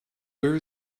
where